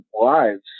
lives